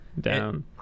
down